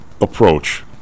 approach